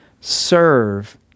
serve